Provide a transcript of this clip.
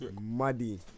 Muddy